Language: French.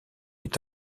est